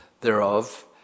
thereof